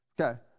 Okay